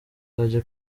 nzajya